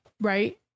Right